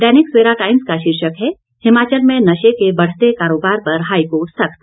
दैनिक Savera Times का शीर्षक है हिमाचल में नशे के बढ़ते कारोबार पर हाईकोर्ट सख्त